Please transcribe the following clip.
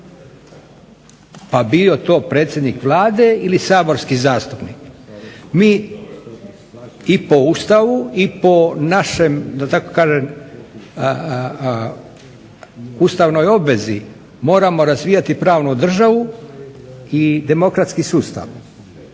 pa bio to predsjednik Vlade ili saborski zastupnik. Mi i po našem Ustavu i po našem da tako kažem ustavnoj obvezi moramo razvijati pravnu državu i demokratski sustav,